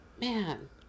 man